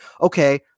okay